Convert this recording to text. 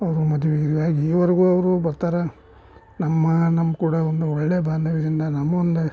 ಅವರು ಮದುವೆ ಗಿದುವೆ ಆಗಿ ಈವರೆಗೂ ಅವರು ಬರ್ತಾರೆ ನಮ್ಮ ನಮ್ಮ ಕೂಡ ಒಂದು ಒಳ್ಳೆಯ ಬಾಂಧವ್ಯದಿಂದ ನಮ್ಮ ಮುಂದೆ